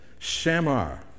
Shamar